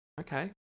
Okay